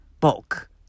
bulk